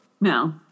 No